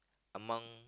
among